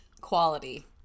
quality